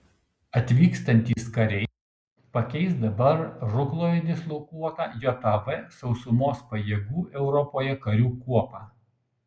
atvykstantys kariai pakeis dabar rukloje dislokuotą jav sausumos pajėgų europoje karių kuopą